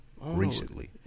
recently